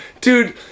dude